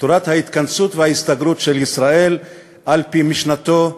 תורת ההתכנסות וההסתגרות של ישראל על-פי משנתו הידועה,